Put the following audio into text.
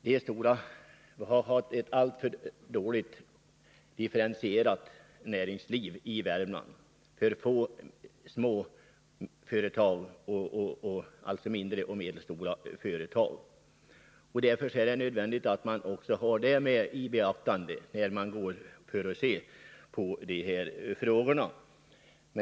Det är ett alltför dåligt differentierat näringsliv i Värmland — för få mindre och medelstora företag. Det är nödvändigt att också beakta detta förhållande när man ser på de här frågorna.